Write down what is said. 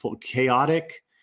chaotic